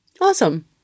Awesome